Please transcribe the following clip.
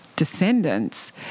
descendants